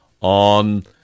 on